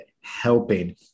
helping